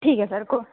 ठीक ऐ सर कोई